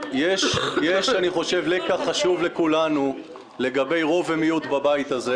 יש לקח חשוב לכולנו לגבי רוב ומיעוט בבית הזה.